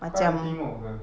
kau ada tengok ke